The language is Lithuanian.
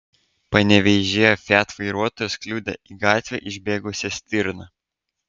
panevėžyje fiat vairuotojas kliudė į gatvę išbėgusią stirną